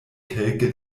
kelke